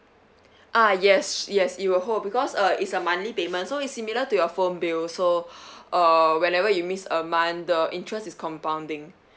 ah yes yes it will hold because uh it's a money payment so it's similar to your phone bill so uh whenever you miss a month the interest is compounding